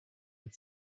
and